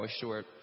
short